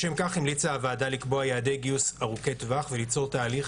לשם כך המליצה הוועדה לקבוע יעדי גיוס ארוכי טווח וליצור תהליך